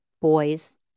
boys